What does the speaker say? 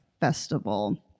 Festival